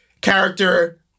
character